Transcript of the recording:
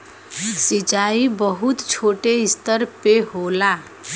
सिंचाई बहुत छोटे स्तर पे होला